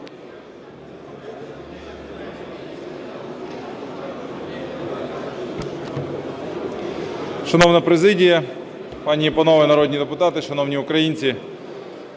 Шановна президія! Пані і панове народні депутати! Шановні українці!